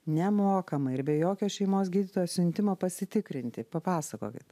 nemokamai ir be jokio šeimos gydytojo siuntimo pasitikrinti papasakokit